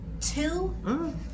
Two